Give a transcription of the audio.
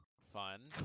Fun